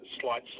slight